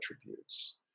attributes